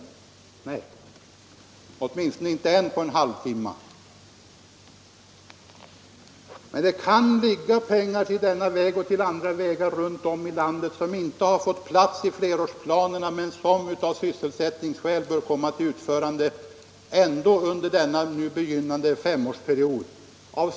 Nej, åtminstone än på en halvtimme, men det kan finnas pengar för denna väg och andra vägar runt om i landet som inte har fått plats i flerårsplanerna men som av sysselsättningsskäl bör åtgärdas med hjälp av andra anslag under den nu begynnande femårsperioden.